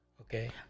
Okay